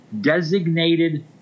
designated